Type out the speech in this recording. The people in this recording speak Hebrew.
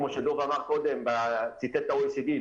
כמו שדב אמר קודם וציטט את ה-OECD,